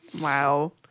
Wow